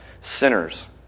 sinners